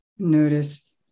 Notice